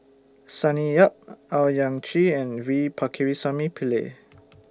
Sonny Yap Owyang Chi and V Pakirisamy Pillai